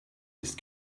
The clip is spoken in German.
ist